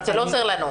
אבל זה לא עוזר לנו,